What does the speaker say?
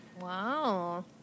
Wow